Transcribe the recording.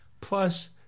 Plus